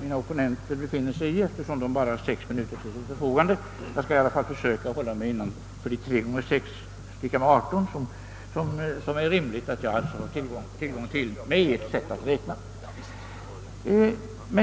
mina opponenter befinner sig i, eftersom de bara har sex minuter till sitt förfogande. Jag skall i alla fall försöka begränsa mig till tre gånger sex, d. v. s. aderton minuter, vilket kan vara rimligt.